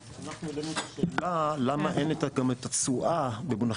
אז אנחנו העלנו את השאלה למה אין גם את התשואה במונחים